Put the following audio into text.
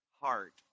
heart